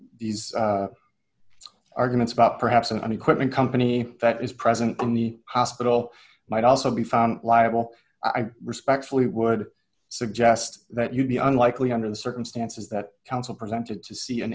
these arguments about perhaps an equipment company that is present in the hospital might also be found liable i respectfully would suggest that you'd be unlikely under the circumstances that counsel presented to see an